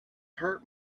hurt